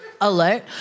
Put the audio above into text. alert